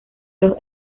los